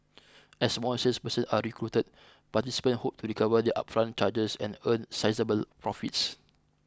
as more salespersons are recruited participants hope to recover their upfront charges and earn sizeable profits